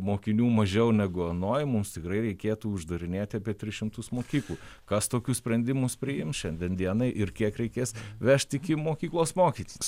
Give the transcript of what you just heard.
mokinių mažiau negu anoj mums tikrai reikėtų uždarinėti apie tris šimtus mokyklų kas tokius sprendimus priims šiandien dienai ir kiek reikės vežti iki mokyklos mokytis